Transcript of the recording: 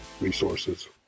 resources